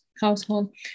household